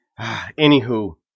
Anywho